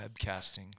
Webcasting